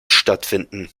stattfinden